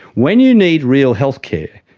when you need real healthcare,